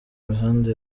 mihanda